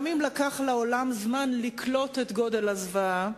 גם אם לקח לעולם זמן לקלוט את גודל הזוועה,